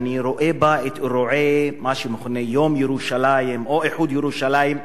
שאני רואה בה את אירועי מה שמכונה "יום ירושלים" או "איחוד ירושלים",